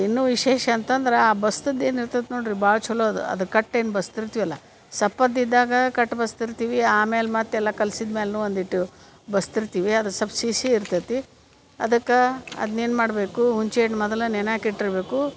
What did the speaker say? ಇನ್ನು ವಿಶೇಷ ಅಂತಂದ್ರೆ ಆ ಬಸ್ದದು ಏನು ಇರ್ತೇತಿ ನೋಡ್ರಿ ಭಾಳ ಚಲೋ ಅದು ಅದು ಕಟ್ಟು ಏನು ಬಸ್ತಿರ್ತಿವಲ್ಲ ಸಪ್ಪದ ಇದ್ದಾಗ ಕಟ್ಟು ಬಸ್ತಿರ್ತಿವಿ ಆಮೇಲೆ ಮತ್ತೆ ಎಲ್ಲ ಕಲ್ಸಿದ ಮ್ಯಾಲ್ನೂ ಒಂದಿಟ್ ಬಸ್ತಿರ್ತಿವಿ ಅದು ಸೊಲ್ಪ ಸಿಹಿ ಸಿಹಿ ಇರ್ತೈತಿ ಅದಕ್ಕಾ ಅದ್ನೇನು ಮಾಡಬೇಕು ಹುಂಚೆ ಅಣ್ ಮೊದಲ ನೆನೆಯಾಕಿಟ್ಟಿರಬೇಕು